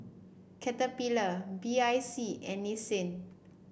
Caterpillar B I C and Nissin